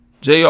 Jr